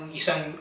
isang